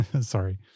Sorry